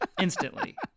instantly